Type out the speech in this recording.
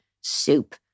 soup